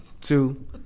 two